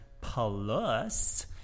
Plus